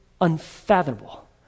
unfathomable